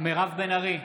מירב בן ארי,